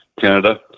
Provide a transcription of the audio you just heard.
Canada